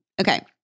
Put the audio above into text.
Okay